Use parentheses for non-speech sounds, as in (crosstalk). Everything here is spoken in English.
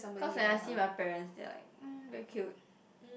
cause when I see my parents they're like mm very cute (breath)